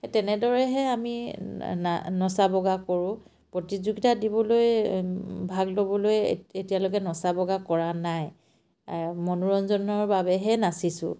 সেই তেনেদৰেহে আমি না নচা বগা কৰোঁ প্ৰতিযোগিতা দিবলৈ ভাগ ল'বলৈ এত এতিয়ালৈকে নচা বগা কৰা নাই মনোৰঞ্জনৰ বাবেহে নাচিছোঁ